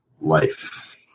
life